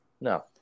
no